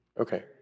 okay